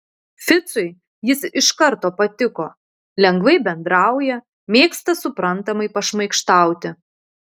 ficui jis iš karto patiko lengvai bendrauja mėgsta suprantamai pašmaikštauti